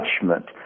judgment